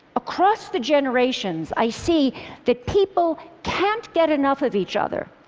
across the generations, i see that people can't get enough of each other,